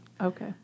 Okay